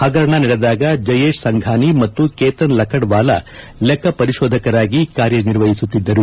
ಹಗರಣ ನಡೆದಾಗ ಜಯೇಶ್ ಸಂಘಾನಿ ಮತ್ತು ಕೇತನ್ ಲಖಡಾ ವಾಲಾ ಲೆಕ್ಕ ಪರಿಶೋಧಕರಾಗಿ ಕಾರ್ಯ ನಿರ್ವಹಿಸುತ್ತಿದ್ದರು